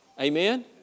Amen